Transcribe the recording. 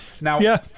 Now